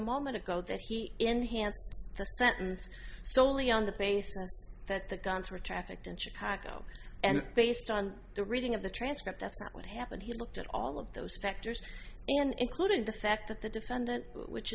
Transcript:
a moment ago that he enhanced the sentence solely on the basis that the guns were trafficked in chicago and based on the reading of the transcript that's not what happened he looked at all of those factors including the fact that the defendant which